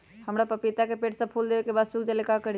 हमरा पतिता के पेड़ सब फुल देबे के बाद सुख जाले का करी?